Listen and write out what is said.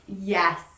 Yes